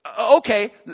Okay